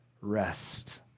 rest